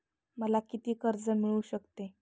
मला किती कर्ज मिळू शकते?